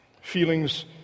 Feelings